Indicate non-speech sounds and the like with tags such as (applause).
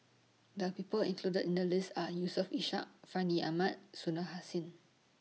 The People included in The list Are Yusof Ishak Fandi Ahmad (unintelligible) Hussain